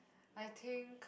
I think